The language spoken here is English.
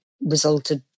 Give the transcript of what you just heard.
resulted